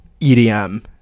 edm